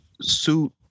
Suit